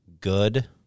good